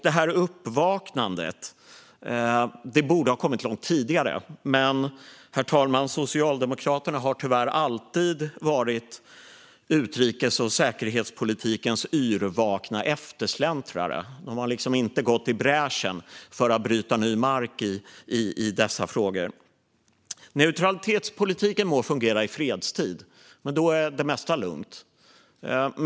Detta uppvaknande borde ha kommit långt tidigare, herr talman, men Socialdemokraterna har tyvärr alltid varit utrikes och säkerhetspolitikens yrvakna eftersläntrare. De har inte gått i bräschen för att bryta ny mark i dessa frågor. Neutralitetspolitiken må fungera i fredstid, men då är det mesta lugnt.